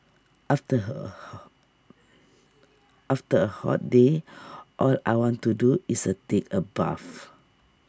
after her A hall after A hot day all I want to do is A take A bath